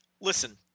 Listen